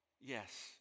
Yes